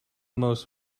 most